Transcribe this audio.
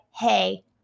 hey